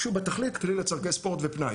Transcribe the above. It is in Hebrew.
שהוא בתכלית כלי לצורכי ספורט ופנאי.